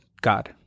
God